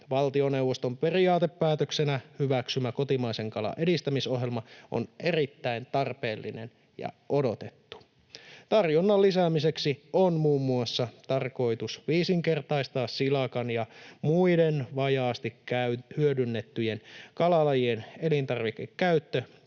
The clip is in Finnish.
Valtioneuvoston periaatepäätöksenä hyväksymä kotimaisen kalan edistämisohjelma on erittäin tarpeellinen ja odotettu. Tarjonnan lisäämiseksi on muun muassa tarkoitus viisinkertaistaa silakan ja muiden vajaasti hyödynnettyjen kalalajien elintarvikekäyttö,